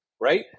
right